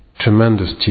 tremendous